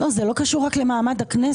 לא, זה לא קשור רק למעמד הכנסת.